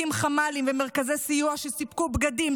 הקים חמ"לים ומרכזי סיוע שסיפקו בגדים,